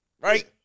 Right